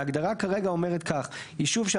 וההגדרה כרגע אומרת כך: "ישוב עדיפות לאומית" יישוב